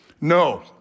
No